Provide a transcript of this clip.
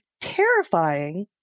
terrifying